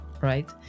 Right